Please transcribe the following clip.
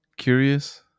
Curious